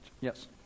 Yes